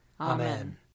Amen